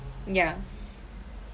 ya